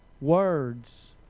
Words